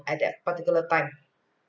at that particular time